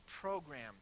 programmed